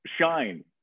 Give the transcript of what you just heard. shine